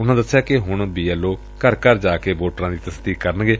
ਉਨੂਾ ਦਸਿਆ ਕਿ ਹੁਣ ਬੀ ਐਲ ਓ ਘਰ ਘਰ ਜਾ ਕੇ ਵੋਟਰਾ ਦੀ ਤਸਦੀਕ ਕਰਨੰਗੇ